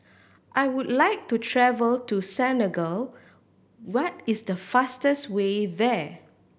I would like to travel to Senegal what is the fastest way there